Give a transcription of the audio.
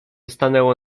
stanęło